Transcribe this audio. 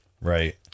Right